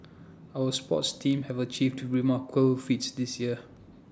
our sports teams have achieved remarkable feats this year